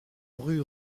rue